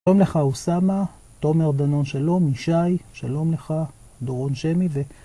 שלום לך עוסמא, תומר דנון שלום, ישי שלום לך, דורון שמי, ו...